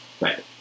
Right